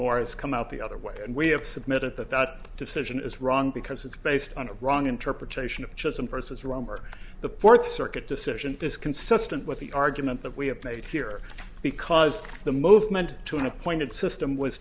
more has come out the other way and we have submitted that that decision is wrong because it's based on a wrong interpretation of chosen versus wrong or the fourth circuit decision is consistent with the argument that we have made here because the movement to an appointed system was